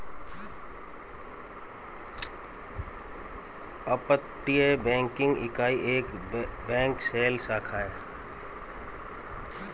अपतटीय बैंकिंग इकाई एक बैंक शेल शाखा है